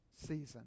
season